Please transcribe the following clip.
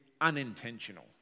unintentional